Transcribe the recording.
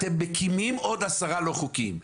אתם מקימים עוד עשרה לא חוקיים.